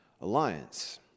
alliance